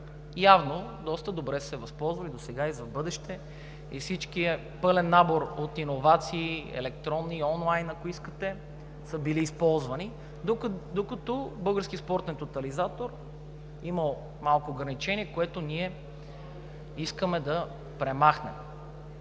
явно доста добре са се възползвали досега и за в бъдеще, и всичкият пълен набор от иновации, електронни, онлайн, ако искате, са били използвани, докато Българският спортен тотализатор е имал малко ограничение, което ние искаме да премахнем.